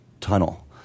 tunnel